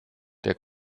der